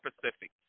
Pacific